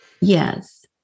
Yes